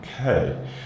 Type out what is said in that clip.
okay